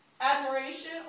admiration